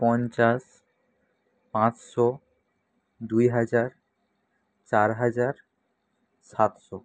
পঞ্চাশ পাঁচশো দুই হাজার চার হাজার সাতশো